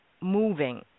moving